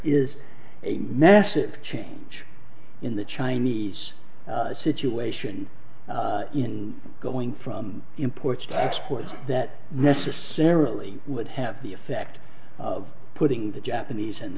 is a massive change in the chinese situation in going from imports exports that necessarily would have the effect of putting the japanese and